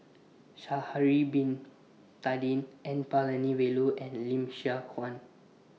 Sha'Ari Bin Tadin N Palanivelu and Lim Siong Guan